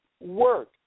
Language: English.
work